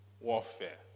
Warfare